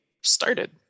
started